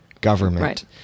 government